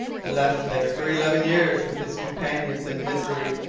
left there for eleven years, with his companions in misery,